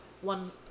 One